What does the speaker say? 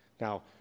Now